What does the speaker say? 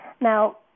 now